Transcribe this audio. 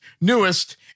newest